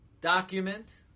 document